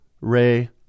Ray